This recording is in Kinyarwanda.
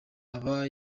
aba